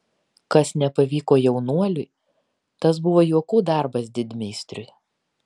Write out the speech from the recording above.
kas nepavyko jaunuoliui tas buvo juokų darbas didmeistriui